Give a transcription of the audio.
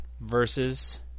versus